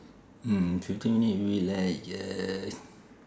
mm fifteen minute we like uh